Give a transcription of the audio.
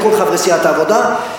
לכל חברי סיעת העבודה,